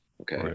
Okay